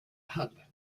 hub